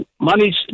money's